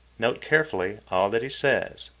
note carefully all that he says.